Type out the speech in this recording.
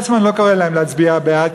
בעצם אני לא קורא להם להצביע בעד,